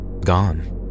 gone